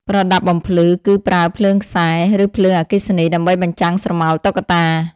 ប្រដាប់បំភ្លឺ គឺប្រើភ្លើងខ្សែ ឬភ្លើងអគ្គិសនី ដើម្បីបញ្ចាំងស្រមោលតុក្កតា។